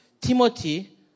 Timothy